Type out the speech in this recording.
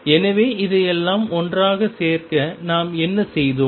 எனவே இதையெல்லாம் ஒன்றாகச் சேகரிக்க நாம் என்ன செய்தோம்